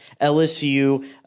LSU